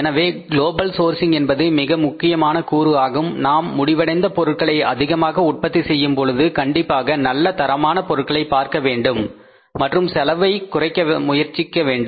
எனவே global sourcing என்பது மிக முக்கியமான கூறு ஆகும் நாம் முடிவடைந்த பொருட்களை அதிகமாக உற்பத்தி செய்யும் பொழுது கண்டிப்பாக நல்ல தரமான பொருட்களை பார்க்க வேண்டும் மற்றும் செலவை குறைக்க முயற்சிக்க வேண்டும்